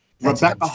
Rebecca